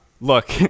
Look